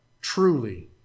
truly